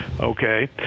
Okay